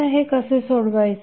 आता हे कसे सोडवायचे